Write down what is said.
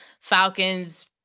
Falcons